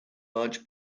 large